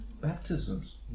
baptisms